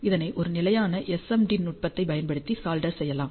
இதனை ஒரு நிலையான SMD நுட்பத்தைப் பயன்படுத்தி சால்டர் செய்யலாம்